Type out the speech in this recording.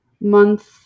Month